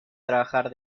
trabajar